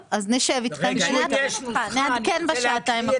טוב, אז נשב איתכם, נעדכן בשעתיים הקרובות.